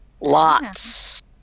Lots